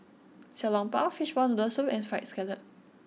Xiao Long Bao Fishball Noodle Soup and Fried Scallop